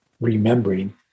remembering